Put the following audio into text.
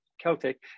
Celtic